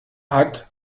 hat